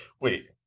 Wait